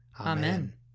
Amen